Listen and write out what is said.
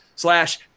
slash